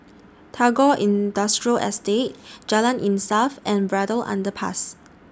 Tagore Industrial Estate Jalan Insaf and Braddell Underpass